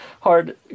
hard